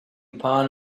upon